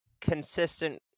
consistent